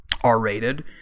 r-rated